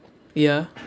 ya